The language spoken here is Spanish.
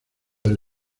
del